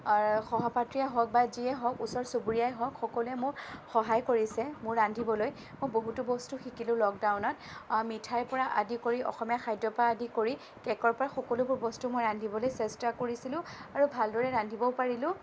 সহপাঠীয়ে হওঁক বা যিয়ে হওঁক ওচৰ চুবুৰীয়াই হওঁক সকলোৱে মোক সহায় কৰিছে মোৰ ৰান্ধিবলৈ মই বহুতো বস্তু শিকিলোঁ লকডাউনত মিঠাই পৰা আদি কৰি অসমীয়া খাদ্য পৰা আদি কৰি কেকৰ পৰা সকলোবোৰ বস্তু মই ৰান্ধিবলৈ চেষ্টা কৰিছিলোঁ আৰু ভালদৰে ৰান্ধিবও পাৰিলোঁ